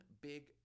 big